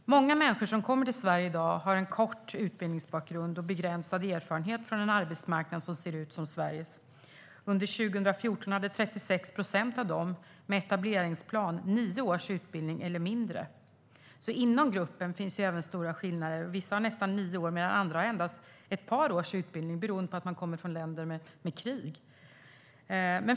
Många människor som kommer till Sverige i dag har kort utbildningsbakgrund och begränsad erfarenhet från en arbetsmarknad som ser ut som Sveriges. Under 2014 hade 36 procent av dem med etableringsplan nio års utbildning eller mindre. Inom gruppen finns stora skillnader. Vissa har nästan nio års utbildning medan andra har endast ett par års utbildning, vilket beror på att de kommer från länder i krig.